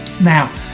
Now